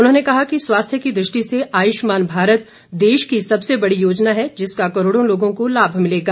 उन्होंने कहा कि स्वास्थ्य की दृष्टि से आयुष्मान भारत देश की सबसे बड़ी योजना है जिसका करोड़ों लोगों को लाभ मिलेगा